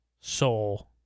soul